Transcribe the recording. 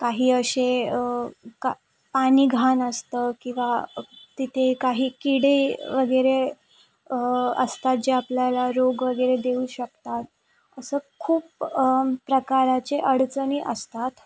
काही असे का पाणी घाण असतं किंवा तिथे काही किडे वगैरे असतात जे आपल्याला रोग वगैरे देऊ शकतात असं खूप प्रकारचे अडचणी असतात